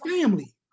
family